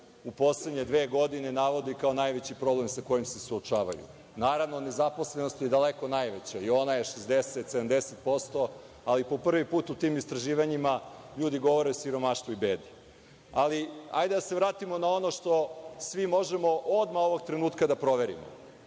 u poslednje dve godine navodi kao najveći problem sa kojim se suočavaju. Naravno, nezaposlenost je daleko najveća i ona je 60, 70%, ali po prvi put u tim istraživanjima ljudi govore o siromaštvu i bedi. Hajde da se vratimo na ono što svi možemo odmah ovoga trenutka da proverimo,